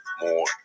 more